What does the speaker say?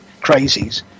crazies